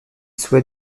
soit